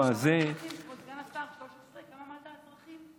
כבוד סגן השר, כמה אזרחים אמרת?